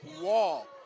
wall